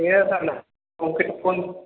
அவங்ககிட்ட ஃபோன்